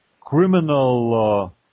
criminal